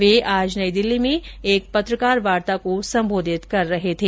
वे आज नई दिल्ली में एक पत्रकार वार्ता को संबोधित कर रहे थे